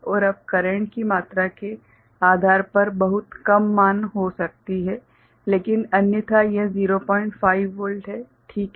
और अब करेंट की मात्रा के आधार पर बहुत कम मान हो सकती है लेकिन अन्यथा यह 05 वोल्ट है ठीक है